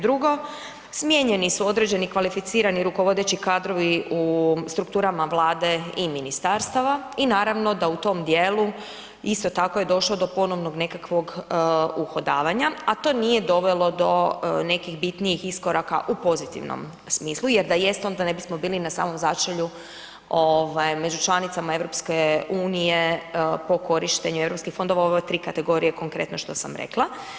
Drugo, smijenjeni su određeni kvalificirani rukovodeći kadrovi u strukturama Vlade i ministarstava i naravno da u tom djelu isto tako je došlo do ponovno nekakvog uhodavanja a to nije dovelo do nekih bitnijih iskoraka u pozitivnom smislu jer da jest onda ne bismo bili na samom začelju među članicama EU-a po korištenju europskih fondova, ove 3 kategorije konkretno što sam rekla.